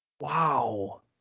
Wow